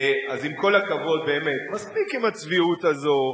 אז עם כל הכבוד, באמת מספיק עם הצביעות הזאת,